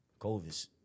COVID